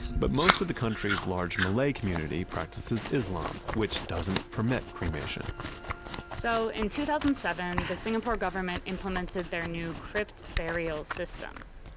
but most of the country's large malay community practices islam which doesn't permit cremation so in two thousand and seven, the singapore government implemented their new crypt burial system.